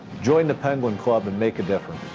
join the penguin club and make a difference.